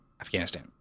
Afghanistan